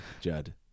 Judd